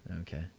Okay